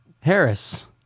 Harris